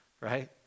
right